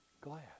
glad